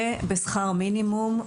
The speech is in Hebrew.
ובשכר מינימום.